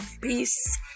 Peace